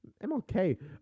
MLK